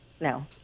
no